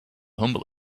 humble